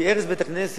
כי הרס בית-הכנסת,